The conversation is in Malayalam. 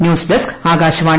news desk Akashvani